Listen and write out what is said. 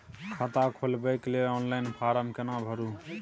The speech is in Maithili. खाता खोलबेके लेल ऑनलाइन फारम केना भरु?